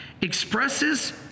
expresses